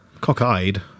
Cock-eyed